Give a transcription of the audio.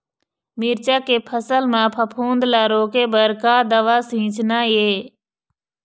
मिरचा के फसल म फफूंद ला रोके बर का दवा सींचना ये?